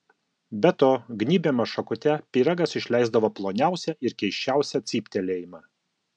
be to gnybiamas šakute pyragas išleisdavo ploniausią ir keisčiausią cyptelėjimą